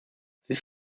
this